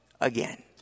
again